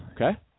Okay